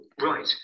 right